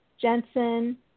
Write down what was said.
Jensen